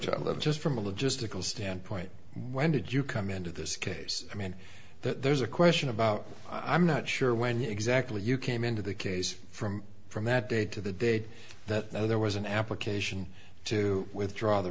child of just from a logistical standpoint when did you come into this case i mean there's a question about i'm not sure when you exactly you came into the case from from that day to the day that there was an application to withdraw the